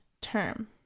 term